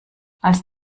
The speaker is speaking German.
als